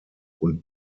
und